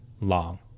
long